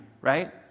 right